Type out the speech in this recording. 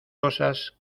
cosas